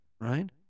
right